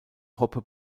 hoppe